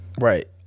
Right